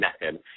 method